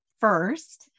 first